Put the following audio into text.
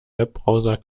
webbrowser